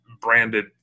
branded